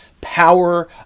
power